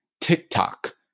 TikTok